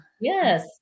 Yes